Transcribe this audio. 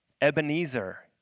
Ebenezer